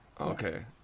Okay